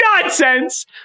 nonsense